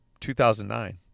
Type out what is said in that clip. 2009